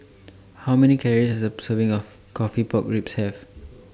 How Many Calories Does A Serving of Coffee Pork Ribs Have